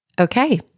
Okay